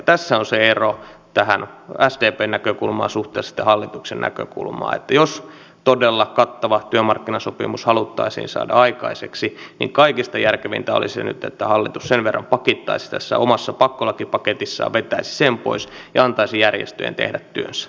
tässä on se ero sdpn näkökulmassa suhteessa hallituksen näkökulmaan että jos todella kattava työmarkkinasopimus haluttaisiin saada aikaiseksi niin kaikista järkevintä olisi nyt että hallitus sen verran pakittaisi tässä omassa pakkolakipaketissaan vetäisi sen pois ja antaisi järjestöjen tehdä työnsä